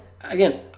again